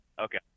Okay